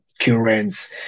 currents